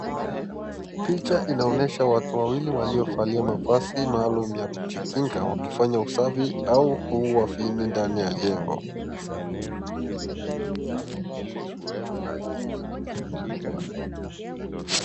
Picha inaonyesha watu wawili waliovalia mavazi maalum ya kujikinga wakifanya usafi au kuua viini ndani ya jengo.